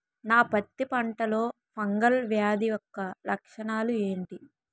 నా పత్తి పంటలో ఫంగల్ వ్యాధి యెక్క లక్షణాలు ఏంటి?